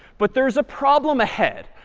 but there's a problem ahead.